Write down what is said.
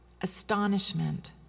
astonishment